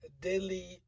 daily